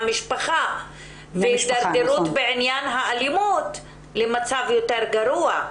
המשפחה והתדרדרות באלימות למצב יותר גרוע.